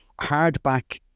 hardback